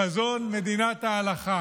חזון מדינת ההלכה,